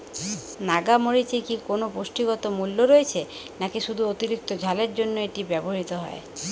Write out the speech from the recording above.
নাগা মরিচে কি কোনো পুষ্টিগত মূল্য রয়েছে নাকি শুধু অতিরিক্ত ঝালের জন্য এটি ব্যবহৃত হয়?